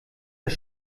das